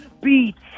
beats